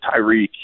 Tyreek